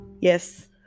Yes